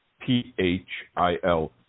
P-H-I-L